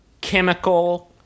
chemical